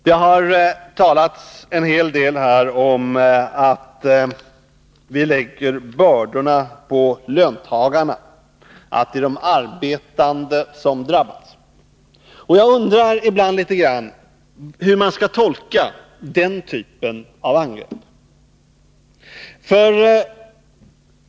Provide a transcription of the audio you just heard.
Det har talats en hel del här om att vi lägger bördorna på löntagarna, att det är de arbetande som drabbas. Jag undrar ibland hur man skall tolka den typen av angrepp.